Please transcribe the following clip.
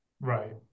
right